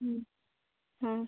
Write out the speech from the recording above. ହଁ